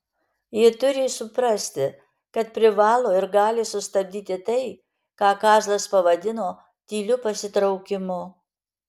jie turi suprasti kad privalo ir gali sustabdyti tai ką kazlas pavadino tyliu pasitraukimu